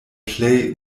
plej